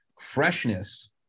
freshness